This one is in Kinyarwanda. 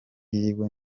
yewe